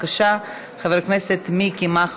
אנחנו עוברים להצעת החוק